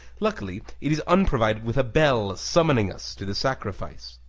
luckily it is unprovided with a bell summoning us to the sacrifice.